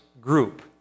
group